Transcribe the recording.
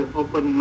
open